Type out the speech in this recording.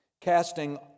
Casting